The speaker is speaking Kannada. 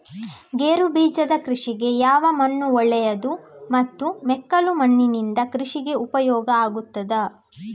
ಗೇರುಬೀಜದ ಕೃಷಿಗೆ ಯಾವ ಮಣ್ಣು ಒಳ್ಳೆಯದು ಮತ್ತು ಮೆಕ್ಕಲು ಮಣ್ಣಿನಿಂದ ಕೃಷಿಗೆ ಉಪಯೋಗ ಆಗುತ್ತದಾ?